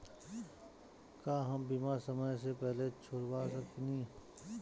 का हम बीमा समय से पहले छोड़वा सकेनी?